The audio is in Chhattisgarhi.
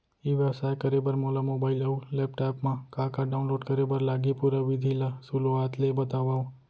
ई व्यवसाय करे बर मोला मोबाइल अऊ लैपटॉप मा का का डाऊनलोड करे बर लागही, पुरा विधि ला शुरुआत ले बतावव?